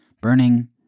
Burning